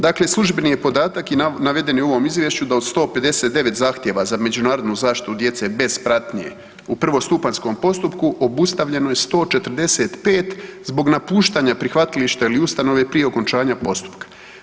Dakle, službeni je podatak i naveden u ovom izvješću da od 159 zahtjeva za međunarodnu zaštitu djece bez pratnje u prvostupanjskom postupku obustavljeno je 145 zbog napuštanja prihvatilišta ili ustanove prije okončanja postupka.